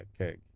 okay